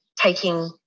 taking